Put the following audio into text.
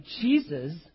Jesus